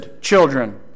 children